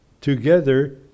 together